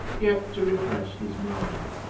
yet to refresh his mind.